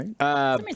right